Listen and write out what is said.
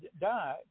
died